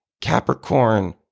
Capricorn